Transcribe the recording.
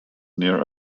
near